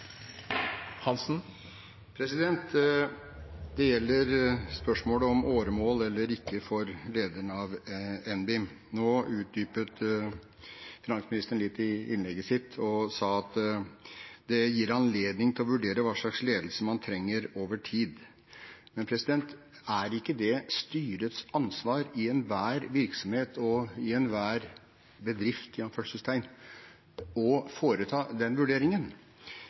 lederen av NBIM. Nå utdypet finansministeren det litt i innlegget sitt. Hun sa at det gir anledning til å vurdere hva slags ledelse man trenger over tid. Men er det ikke i enhver virksomhet og i enhver «bedrift» styrets ansvar å foreta den vurderingen?